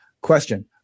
Question